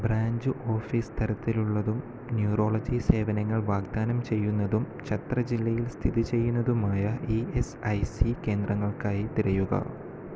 branch office തരത്തിലുള്ളതും neurology സേവനങ്ങൾ വാഗ്ദാനം ചെയ്യുന്നതും ഛത്ര ജില്ലയിൽ സ്ഥിതി ചെയ്യുന്നതുമായ ഇ എസ് ഐ സി കേന്ദ്രങ്ങൾക്കായി തിരയുക